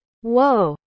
Whoa